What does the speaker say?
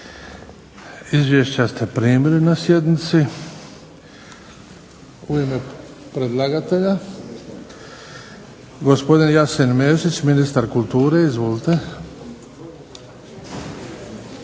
Izvješća ste primili na sjednici. U ime predlagatelja, gospodin Jasen Mesić ministar kulture. Izvolite.